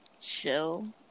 chill